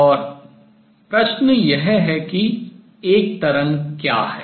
और प्रश्न यह है कि एक तरंग क्या है